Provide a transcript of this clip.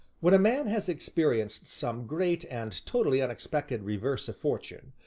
when a man has experienced some great and totally unexpected reverse of fortune,